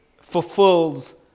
fulfills